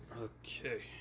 Okay